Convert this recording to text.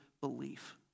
belief